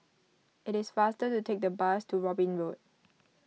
it is faster to take the bus to Robin Road